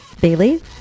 bailey